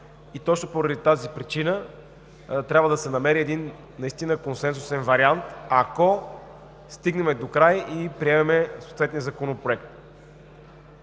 Точно поради тази причина трябва да се намери консенсусен вариант, ако стигнем докрай и приемем съответния законопроект.